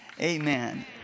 amen